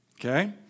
Okay